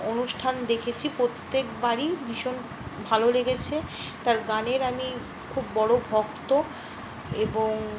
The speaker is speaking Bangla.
অনুষ্ঠান দেখেছি প্রত্যেকবারই ভীষণ ভালো লেগেছে তার গানের আমি খুব বড়ো ভক্ত এবং